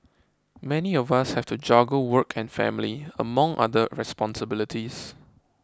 many of us have to juggle work and family among other responsibilities